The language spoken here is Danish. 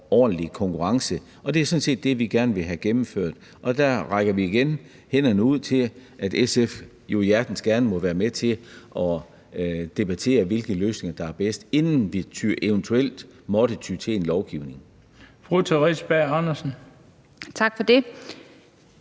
og ordentlig konkurrence. Det er sådan set det, vi gerne vil have gennemført, og der rækker vi igen hænderne ud til SF, som hjertens gerne må være med til at debattere, hvilke løsninger der er bedst, inden vi eventuelt måtte ty til en lovgivning.